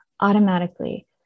automatically